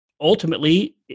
ultimately